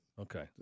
Okay